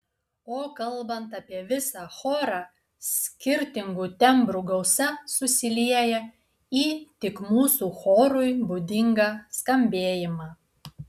o kalbant apie visą chorą skirtingų tembrų gausa susilieja į tik mūsų chorui būdingą skambėjimą